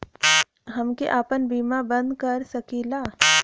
हमके आपन बीमा बन्द कर सकीला?